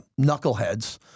knuckleheads